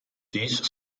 these